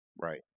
Right